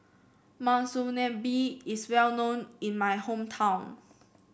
Monsunabe is well known in my hometown